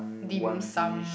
dim sum